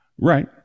Right